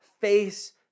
face